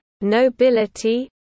nobility